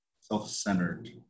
self-centered